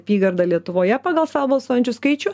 apygarda lietuvoje pagal savo balsuojančių skaičių